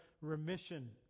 remission